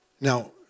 Now